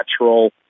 natural